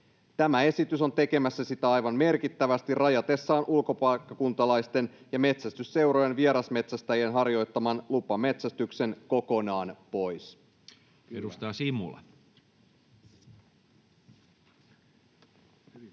Tämä esitys on tekemässä sitä aivan merkittävästi rajatessaan ulkopaikkakuntalaisten ja metsästysseurojen vierasmetsästäjien harjoittaman lupametsästyksen kokonaan pois. Edustaja Simula.